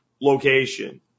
location